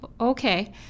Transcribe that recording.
Okay